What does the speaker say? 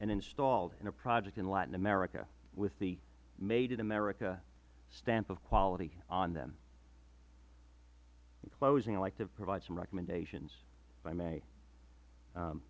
and installed in a project in latin america with the made in america stamp of quality on them in closing i would like to provide some recommendations if i may